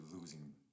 losing